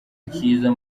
cyiza